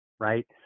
right